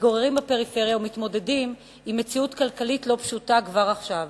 המתגוררים בפריפריה ומתמודדים עם מציאות כלכלית לא פשוטה כבר עכשיו.